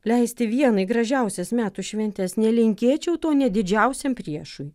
leisti vienai gražiausias metų šventes nelinkėčiau to nė didžiausiam priešui